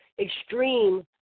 extreme